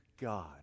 God